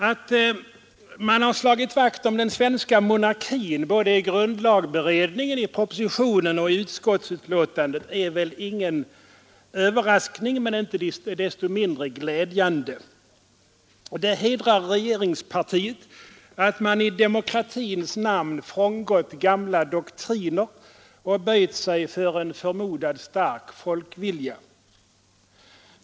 Att man har slagit vakt om den svenska monarkin i såväl grundlagberedningen som i propositionen och utskottsbetänkandet är väl inte överraskande men inte desto mindre glädjande. Det hedrar regeringspartiet att man i demokratins namn har frångått gamla doktriner och böjt sig för en förmodad stark folkvilja.